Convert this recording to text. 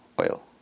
oil